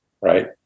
right